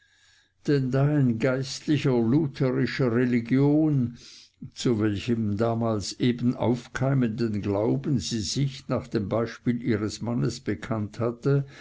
ein geistlicher lutherischer religion zu welchem eben damals aufkeimenden glauben sie sich nach dem beispiel ihres mannes bekannt hatte